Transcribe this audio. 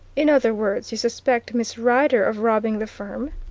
in other words, you suspect miss rider of robbing the firm?